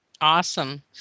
Awesome